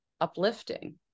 uplifting